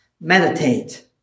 Meditate